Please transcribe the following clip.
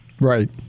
Right